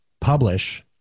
publish